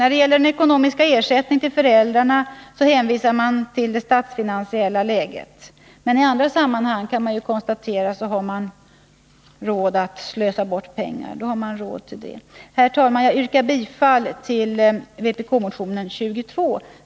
När det gäller den ekonomiska ersättningen till föräldrarna hänvisar utskottet till det statsfinansiella läget. Men i andra sammanhang har man — det har vi kunnat konstatera — råd att slösa bort pengar. Herr talman! Jag yrkar bifall till vpk-motionen 22.